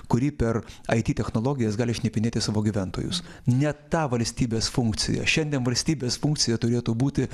kuri per ai ti technologijas gali šnipinėti savo gyventojus ne ta valstybės funkcija šiandien valstybės funkcija turėtų būti